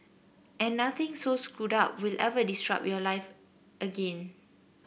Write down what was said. and nothing so screwed up will ever disrupt your life again